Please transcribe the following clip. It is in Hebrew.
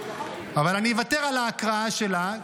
אבל אני אוותר על ההקראה שלה,